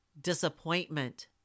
disappointment